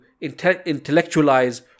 intellectualize